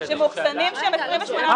שמאוחסנים שם 28 מיליון שקל?